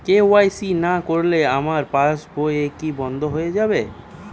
KYC না করলে আমার পাশ বই কি বন্ধ হয়ে যাবে?